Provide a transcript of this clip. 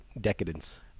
decadence